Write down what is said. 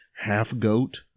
half-goat